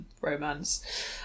romance